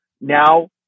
now